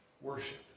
worship